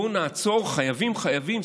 בואו נעצור, חייבים, חייבים.